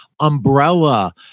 umbrella